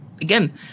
again